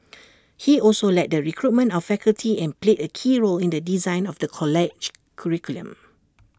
he also led the recruitment of faculty and played A key role in the design of the college's curriculum